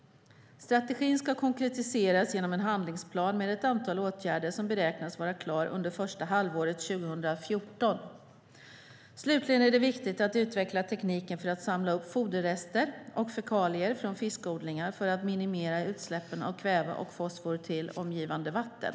Strategin ska konkretiseras genom en handlingsplan med ett antal åtgärder som beräknas vara klar under första halvåret 2014. Slutligen är det viktigt att utveckla tekniken för att samla upp foderrester och fekalier från fiskodlingar för att minimera utsläppen av kväve och fosfor till omgivande vatten.